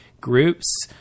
groups